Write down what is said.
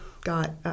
got